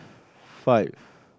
five